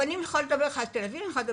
אני יכולה לספר לך על תל אביב וירושלים